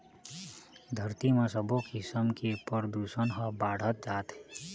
धरती म सबो किसम के परदूसन ह बाढ़त जात हे